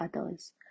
others